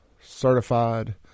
certified